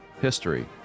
history